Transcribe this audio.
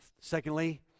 Secondly